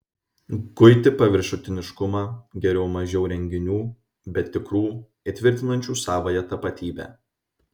guiti paviršutiniškumą geriau mažiau renginių bet tikrų įtvirtinančių savąją tapatybę